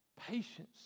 Patience